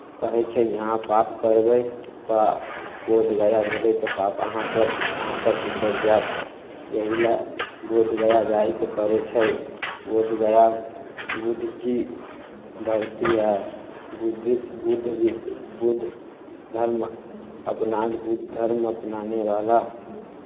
कहै छै यहाँ पाप करबै तऽ बोधगया जयबै तऽ पाप अहाँपर अहाँपर सँ उतरि जायत यही लेल बोधगया जायके पड़ै छै बोधगया बुद्ध की धरती है बुद्ध बुद्ध भी बुद्ध धर्म अपना बुद्ध धर्म अपनाने वाला